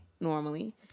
normally